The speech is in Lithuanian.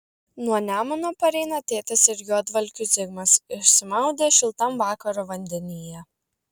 nuo nemuno pareina tėtis ir juodvalkių zigmas išsimaudę šiltam vakaro vandenyje